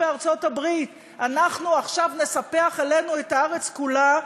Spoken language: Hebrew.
בארצות-הברית אנחנו עכשיו נספח אלינו את הארץ כולה,